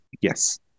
Yes